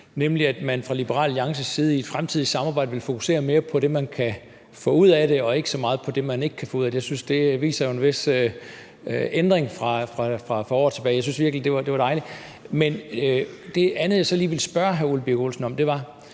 nemlig at man fra Liberal Alliances side i et fremtidigt samarbejde vil fokusere mere på det, man kan få ud af det, og ikke så meget på det, man ikke kan få ud af det. Jeg synes, at det viser en vis ændring fra for år tilbage – jeg synes virkelig, det var dejligt at høre. Men det er noget andet, jeg så lige vil spørge hr.